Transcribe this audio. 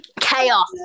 chaos